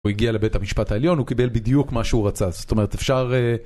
הוא הגיע לבית המשפט העליון, הוא קיבל בדיוק מה שהוא רצה, זאת אומרת אפשר...